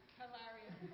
hilarious